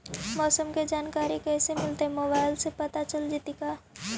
मौसम के जानकारी कैसे मिलतै मोबाईल से पता चल जितै का?